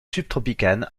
subtropicales